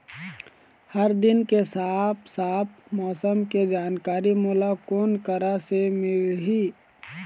हर दिन के साफ साफ मौसम के जानकारी मोला कोन करा से मिलही?